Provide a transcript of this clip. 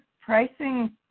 pricing